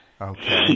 Okay